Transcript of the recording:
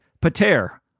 Pater